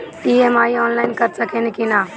EMI online कर सकेनी की ना?